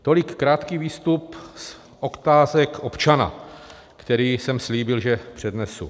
Tolik krátký výstup z otázek občana, který jsem slíbil, že přednesu.